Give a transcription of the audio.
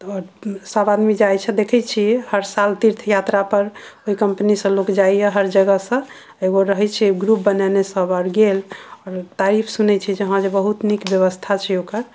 तऽ सब आदमी जाइ छै देखै छियै हर साल तीर्थ यात्रा पर ओहि कम्पनी सऽ लोक जायया हर जगह सऽ एगो रहै छै ग्रुप बनेने आओर सब गेल आओर तारीफ सुनै छियै जे हँ बहुत नीक व्यवस्था छै ओकर